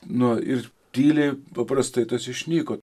nu ir tyliai paprastai tas išnyko